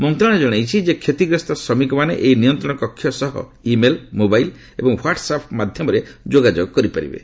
ମନ୍ତ୍ରଣାଳୟ ଜଣାଇଛି ଯେ କ୍ଷତିଗ୍ରସ୍ତ ଶ୍ରମିକମାନେ ଏହି ନିୟନ୍ତ୍ରଣ କକ୍ଷ ସହ ଇମେଲ ମୋବାଇଲ ଏବଂ ହ୍ୱାଟ୍ସ ଆପ୍ ମାଧ୍ୟମରେ ଯୋଗଯୋଗ କରିପାରିବେ